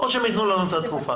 או שהם יתנו לנו את התקופה.